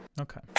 Okay